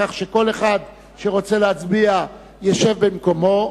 כך שכל אחד שרוצה להצביע ישב במקומו.